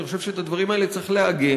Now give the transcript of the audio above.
אני חושב שאת הדברים האלה צריך לעגן.